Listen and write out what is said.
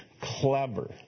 clever